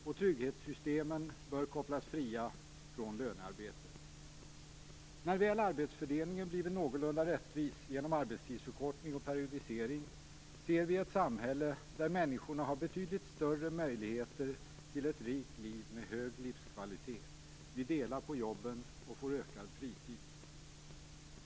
Och trygghetssystemen bör kopplas fria från lönearbetet. När väl arbetsfördelningen blivit någorlunda rättvis genom arbetstidsförkortning och periodisering ser vi ett samhälle där människorna har betydligt större möjligheter till ett rikt liv med hög livskvalitet - vi delar på jobben och får ökad fritid.